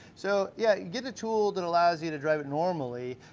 so yeah, get the tool that allows you to drive it normally,